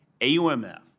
AUMF